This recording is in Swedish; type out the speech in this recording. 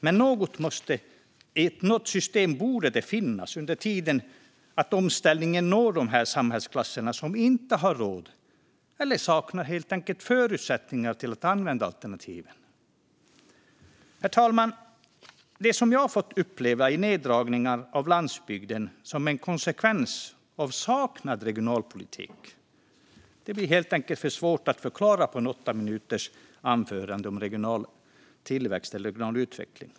Men något system borde det finnas under tiden fram tills att omställningen når samhällsklasserna som inte har råd eller helt enkelt saknar förutsättningar att använda alternativen. Herr talman! Det som jag har fått uppleva i form av neddragningar av landsbygden som en konsekvens av saknad regionalpolitik blir helt enkelt för svårt att förklara i ett åtta minuters anförande om regional tillväxt eller utveckling.